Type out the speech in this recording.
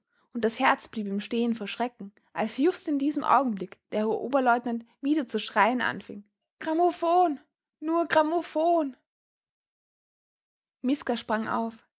und das herz blieb ihm stehen vor schrecken als just in diesem augenblick der herr oberleutnant wieder zu schreien anfing grammophon nur grammophon miska sprang auf